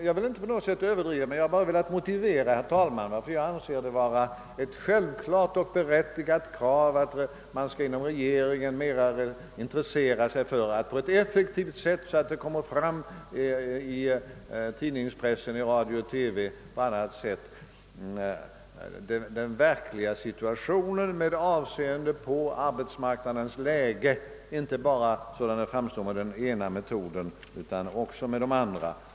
Jag vill inte på något sätt överdriva men jag har bara velat motivera, herr talman, att jag anser det vara ett självklart och berättigat krav, att man inom regeringen mera skall intressera sig för att på ett effektivt sätt redovisa den verkliga situationen och arbetsmarknadens läge inte bara såsom den framstår med den svenska metoden utan också med de andra.